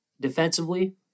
defensively